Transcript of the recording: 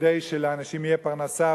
כדי שלאנשים תהיה פרנסה,